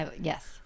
Yes